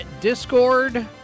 Discord